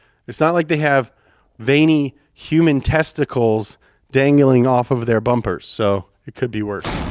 it's not like they have veiny human testicles dangling off of their bumpers, so it could be worse.